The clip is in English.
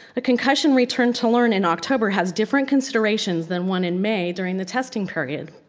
concussion returned to learn in october has different considerations than one in may during the testing period.